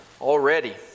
already